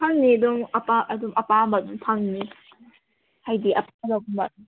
ꯐꯪꯅꯤ ꯑꯗꯨꯝ ꯑꯗꯨꯝ ꯑꯄꯥꯝꯕ ꯑꯗꯨꯝ ꯐꯪꯅꯤ ꯍꯥꯏꯗꯤ ꯑꯄꯥꯝꯕꯒꯨꯝꯕ ꯑꯗꯨꯝ